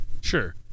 Sure